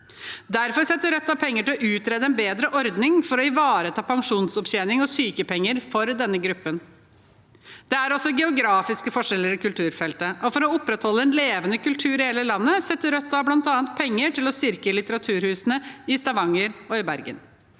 Derfor setter Rødt av penger til å utrede en bedre ordning for å ivareta pensjonsopptjening og sykepenger for denne gruppen. Det er også geografiske forskjeller i kulturfeltet, og for å opprettholde en levende kultur i hele landet setter Rødt av penger til bl.a. å styrke litteraturhusene i Stavanger og Bergen.